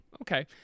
Okay